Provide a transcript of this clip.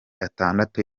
atandatu